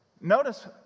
Notice